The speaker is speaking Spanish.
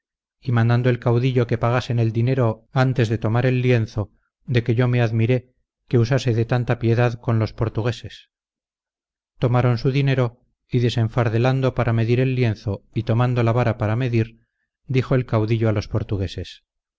de tomar el caudillo que pagasen el dinero antes de tomar el lienzo de que yo me admiré que usase de tanta piedad con los portugueses tomaron su dinero y desenfardelando para medir el lienzo y tomando la vara para medir dijo el caudillo a los portugueses